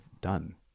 done